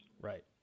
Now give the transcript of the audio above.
Right